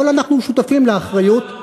אבל אנחנו שותפים לאחריות,